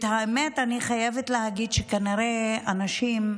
האמת היא שאני חייבת להגיד שכנראה אנשים,